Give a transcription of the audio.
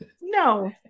no